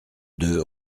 deux